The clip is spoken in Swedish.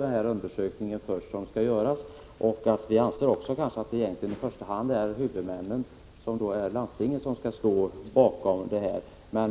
den undersökning som skall göras kanske bör utvärderas. Egentligen är det i första hand huvudmännen, landstingen, som skall stå bakom detta.